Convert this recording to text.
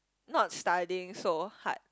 not studying so hard